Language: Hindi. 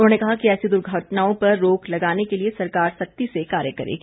उन्होंने कहा कि ऐसी द्र्घटनाओं पर रोक लगाने के लिए सरकार सख्ती से कार्य करेगी